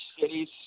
Cities